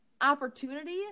opportunity